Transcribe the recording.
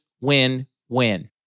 win-win